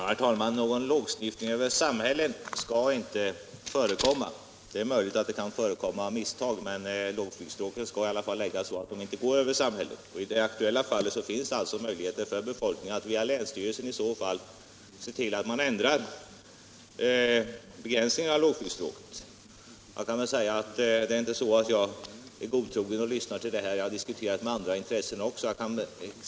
Herr talman! Någon ”lågsniffning” över samhällen skall inte förekomma. Det är möjligt att det kan inträffa av misstag, men lågflygstråken skall läggas så att de inte går över samhällen. I det aktuella fallet finns det möjligheter för befolkningen att via länsstyrelsen se till att det blir en begränsning av detta lågflygstråk. Det är inte alls så att jag är godtrogen och bara lyssnar till militärens önskemål, utan jag har diskuterat detta även med företrädare för andra intressen.